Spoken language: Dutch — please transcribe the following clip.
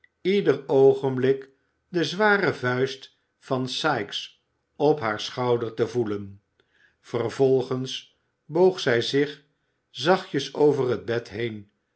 ieder oogenbük de zware vuist van sikes op haar schouder te voelen vervolgens boog zij zich zachtjes over het bed heen